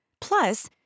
Plus